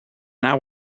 not